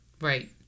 Right